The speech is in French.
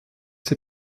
sais